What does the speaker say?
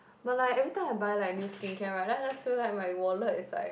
but like every time I buy like new skincare right then I just feel like my wallet is like